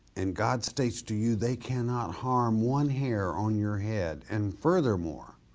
and god states to you they cannot harm one hair on your head and furthermore,